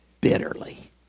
bitterly